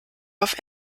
auf